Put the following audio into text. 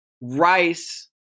rice